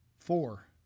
Four